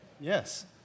Yes